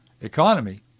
economy